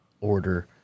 order